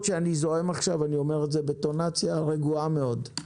שאני זועם עכשיו אני אומר את זה בטון רגוע מאוד.